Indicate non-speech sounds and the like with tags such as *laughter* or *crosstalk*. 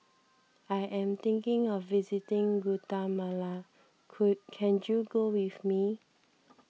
I am thinking of visiting Guatemala *unintelligible* can you go with me